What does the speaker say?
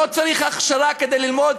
לא צריך הכשרה כדי ללמוד,